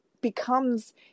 becomes